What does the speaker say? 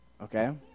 Okay